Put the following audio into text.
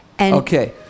Okay